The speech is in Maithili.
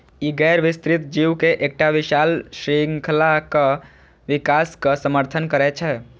ई गैर विस्तृत जीव के एकटा विशाल शृंखलाक विकासक समर्थन करै छै